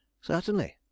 Certainly